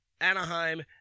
Anaheim